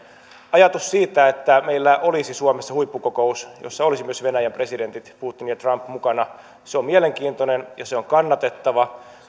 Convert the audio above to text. ajatus siitä että meillä olisi suomessa huippukokous jossa olisivat myös venäjän ja yhdysvaltojen presidentit putin ja trump mukana on mielenkiintoinen ja kannatettava